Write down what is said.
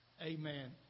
Amen